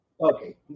Okay